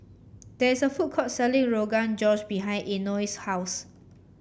there is a food court selling Rogan Josh behind Eino's house